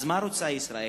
אז מה רוצה ישראל?